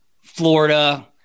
Florida